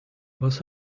was